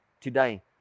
today